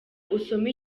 usome